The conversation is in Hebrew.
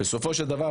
בסופו של דבר,